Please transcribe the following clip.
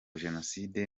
jenoside